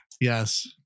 Yes